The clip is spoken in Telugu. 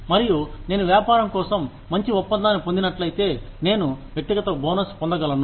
మరియు నేను వ్యాపారం కోసం మంచి ఒప్పందాన్ని పొందినట్లయితే నేను వ్యక్తిగత బోనస్ పొందగలను